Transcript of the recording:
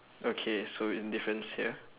okay so it differs ya